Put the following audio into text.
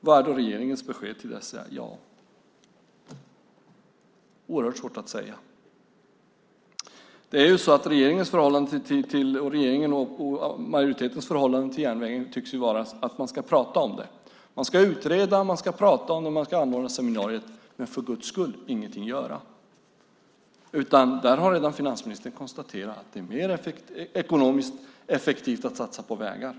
Vad är då regeringens besked till dessa människor? Tja, det är oerhört svårt att säga. Regeringens och majoritetens förhållande till järnvägen tycks vara att man ska prata om den. Man ska utreda, prata och anordna seminarier, men man ska för Guds skull ingenting göra. Finansministern har redan konstaterat att det är mer ekonomiskt effektivt att satsa på vägar.